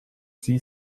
sie